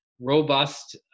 robust